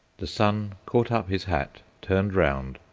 the son caught up his hat, turned round,